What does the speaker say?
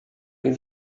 این